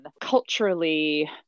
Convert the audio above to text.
culturally